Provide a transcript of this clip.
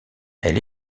elle